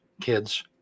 kids